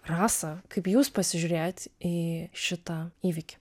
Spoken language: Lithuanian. rasa kaip jūs pasižiūrėjot į šitą įvykį